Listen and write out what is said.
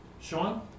Sean